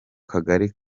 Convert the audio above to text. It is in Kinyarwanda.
kagari